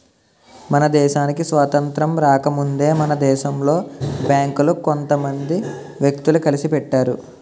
మన దేశానికి స్వాతంత్రం రాకముందే మన దేశంలో బేంకులు కొంత మంది వ్యక్తులు కలిసి పెట్టారు